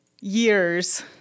years